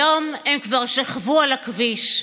היום הם כבר שכבו על הכביש.